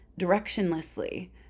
directionlessly